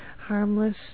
harmless